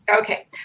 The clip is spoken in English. Okay